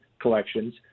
collections